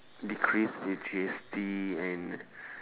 decrease the G_S_T and